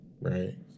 Right